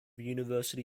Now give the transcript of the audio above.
university